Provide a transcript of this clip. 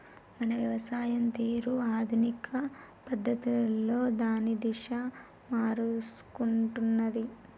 మన వ్యవసాయం తీరు ఆధునిక పద్ధతులలో దాని దిశ మారుసుకున్నాది